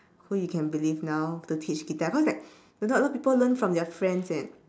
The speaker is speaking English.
who you can believe now to teach guitar cause like a lot a lot people learn from their friends eh